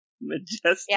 Majestic